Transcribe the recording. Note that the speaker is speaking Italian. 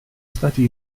stati